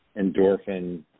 endorphin